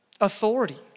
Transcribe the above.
authority